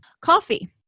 Coffee